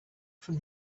from